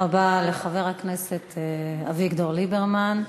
תודה רבה לחבר הכנסת אביגדור ליברמן.